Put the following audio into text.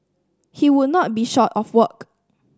he would not be short of work